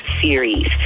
Series